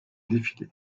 défilé